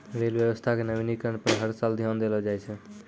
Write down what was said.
rail व्यवस्था के नवीनीकरण पर हर साल ध्यान देलो जाय छै